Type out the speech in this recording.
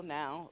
now